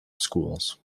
schools